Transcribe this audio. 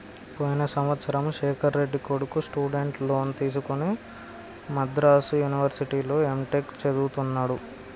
పోయిన సంవత్సరము శేఖర్ రెడ్డి కొడుకు స్టూడెంట్ లోన్ తీసుకుని మద్రాసు యూనివర్సిటీలో ఎంటెక్ చదువుతున్నడు